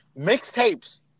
Mixtapes